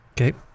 Okay